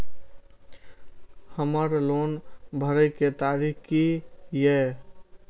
हमर लोन भरए के तारीख की ये?